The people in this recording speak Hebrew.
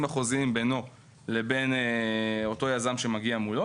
החוזיים בינו לבין אותו יזם שמגיע מולו.